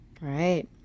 Right